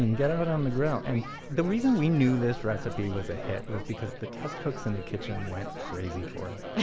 and get out on the grill. and the reason we knew this recipe was a hit was because the test cooks in the kitchen went crazy for it,